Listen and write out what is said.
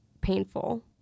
painful